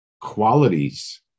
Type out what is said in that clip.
qualities